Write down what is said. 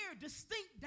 distinct